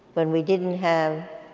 when we didn't have